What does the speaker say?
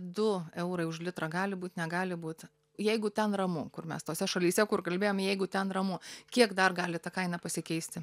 du eurai už litrą gali būt negali būt jeigu ten ramu kur mes tose šalyse kur kalbėjom jeigu ten ramu kiek dar gali ta kaina pasikeisti